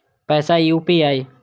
पैसा यू.पी.आई?